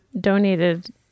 donated